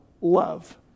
love